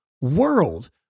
world